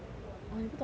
orh 你不懂 orh